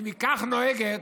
ואם היא כך נוהגת,